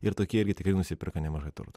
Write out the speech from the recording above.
ir tokie irgi nusiperka nemažai turto